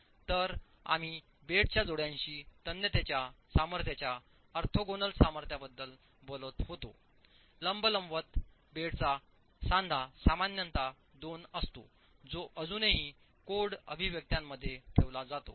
तर आम्ही बेडच्या जोड्याशी तन्यतेच्या सामर्थ्याच्या और्थोगोनल सामर्थ्याबद्दल बोलत होतो लंब लंबवत बेडचा सांधा सामान्यतः 2 असतो जो अजूनही कोड अभिव्यक्त्यांमध्ये ठेवला जातो